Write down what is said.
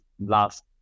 last